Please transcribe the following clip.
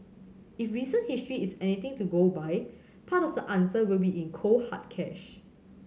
if recent history is anything to go by part of the answer will be in cold hard cash